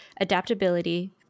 adaptability